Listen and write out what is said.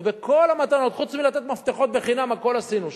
וכל המתנות חוץ מלתת מפתחות חינם הכול עשינו שם.